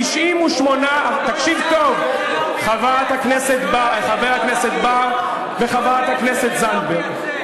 תקשיבו טוב, חבר הכנסת בר וחברת הכנסת זנדברג.